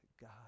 God